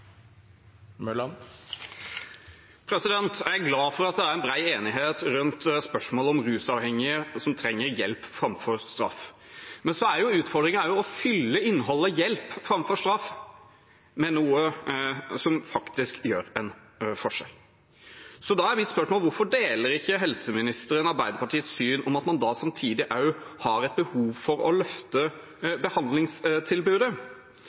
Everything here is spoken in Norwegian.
enighet rundt spørsmålet om rusavhengige som trenger hjelp framfor straff. Men så er utfordringen å fylle hjelp framfor straff med et innhold som faktisk utgjør en forskjell. Da er mitt spørsmål: Hvorfor deler ikke helseministeren Arbeiderpartiets syn om at man da samtidig også har et behov for å løfte